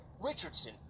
Richardson